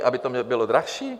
Aby to bylo dražší?